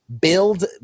build